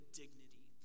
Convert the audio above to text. dignity